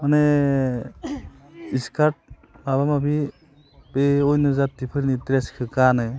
माने स्कार्ट माबा माबि बे अयन' जाथिफोरनि ड्रेसखो गानो